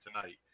tonight